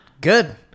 Good